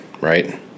right